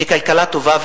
שכלכלה טובה,